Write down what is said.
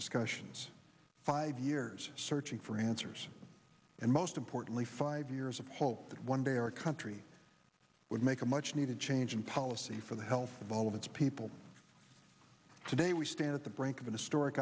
discussions five years searching for answers and most importantly five years of hope that one day our country would make a much needed change in policy for the health of all of its people today we stand at the brink of an histor